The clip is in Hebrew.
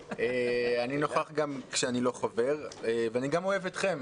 אני נוכח גם כשאני לא חבר ואני גם אוהב אתכם,